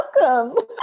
Welcome